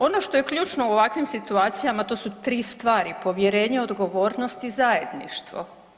Ono što je ključno u ovakvim situacijama to su tri stvari povjerenje, odgovornost i zajedništvo.